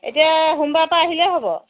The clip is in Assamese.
এতিয়া সোমবাৰৰপা আহিলেই হ'ব